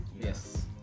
Yes